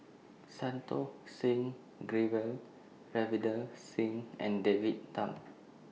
Santokh Singh Grewal Ravinder Singh and David Tham